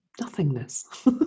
Nothingness